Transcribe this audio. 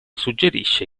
suggerisce